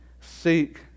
seek